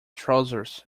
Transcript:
trousers